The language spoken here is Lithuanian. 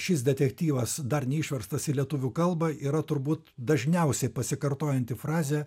šis detektyvas dar neišverstas į lietuvių kalbą yra turbūt dažniausiai pasikartojanti frazė